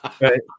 Right